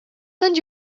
send